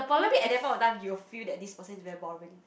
maybe at that point of time you'll feel that this person is boring